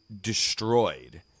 destroyed